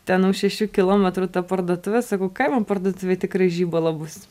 ten už šešių kilometrų ta parduotuvė sakau kaimo parduotuvėj tikrai žibalo bus